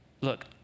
Look